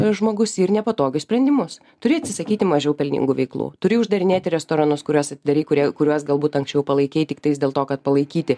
žmogus ir nepatogius sprendimus turi atsisakyti mažiau pelningų veiklų turi uždarinėti restoranus kuriuos atidarei kurie kuriuos galbūt anksčiau palaikei tiktais dėl to kad palaikyti